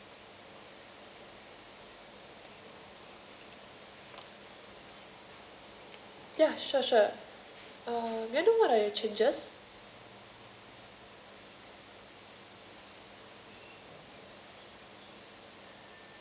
ya sure sure uh may I know what are the changes